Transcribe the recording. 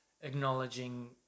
acknowledging